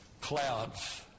Clouds